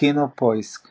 KinoPoisk